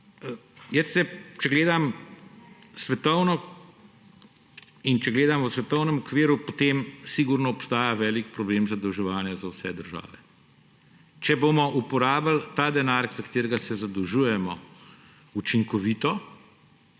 narobe. Če povzamem. Če gledam v svetovnem okviru, potem sigurno obstaja velik problem zadolževanja za vse države. Če bomo uporabili ta denar, za katerega se zadolžujemo, učinkovito,